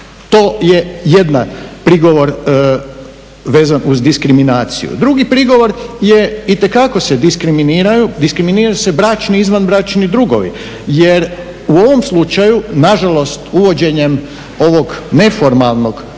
to je jedan prigovor vezan uz diskriminaciju. Drugi prigovor itekako se diskriminiraju, diskriminiraju se bračni i izvanbračni drugovi jer u ovom slučaju nažalost uvođenjem ovog neformalnog partnerstva